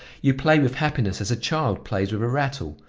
you play with happiness as a child plays with a rattle,